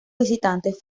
visitantes